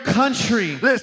country